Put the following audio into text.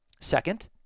Second